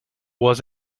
was